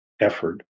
effort